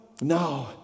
no